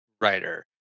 writer